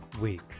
week